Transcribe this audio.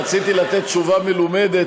רציתי לתת תשובה מלומדת,